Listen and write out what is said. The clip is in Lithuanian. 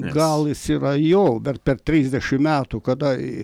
gal jis yra jo bet per trisdešimt metų kada